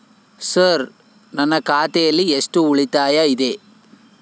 Sir ನನ್ನ ಖಾತೆಯಲ್ಲಿ ಎಷ್ಟು ಉಳಿತಾಯ ಇದೆ?